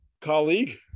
colleague